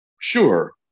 sure